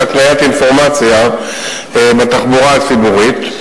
של הקניית אינפורמציה בתחבורה הציבורית.